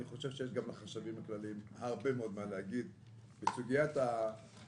אני חושב שגם לחשבים הכלליים יש הרבה מאוד מה להגיד בסוגיית הדינמיקה